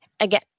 Again